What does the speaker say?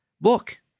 Look